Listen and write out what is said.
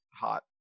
hot